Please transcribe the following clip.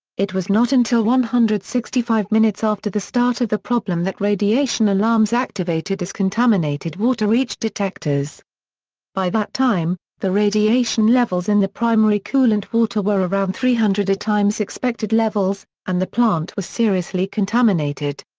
it was not until one hundred and sixty five minutes after the start of the problem that radiation alarms activated as contaminated water reached detectors by that time, the radiation levels in the primary coolant water were around three hundred times expected levels, and the plant was seriously contaminated.